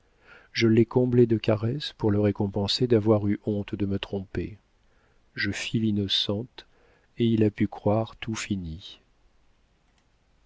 je l'ai comblé de caresses pour le récompenser d'avoir eu honte de me tromper je fis l'innocente et il a pu croire tout fini